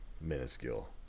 minuscule